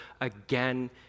again